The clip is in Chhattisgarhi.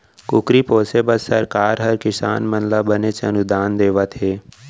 कुकरी पोसे बर सरकार हर किसान मन ल बनेच अनुदान देवत हे